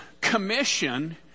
commission